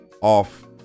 off